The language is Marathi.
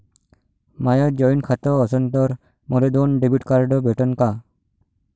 माय जॉईंट खातं असन तर मले दोन डेबिट कार्ड भेटन का?